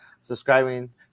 subscribing